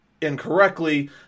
incorrectly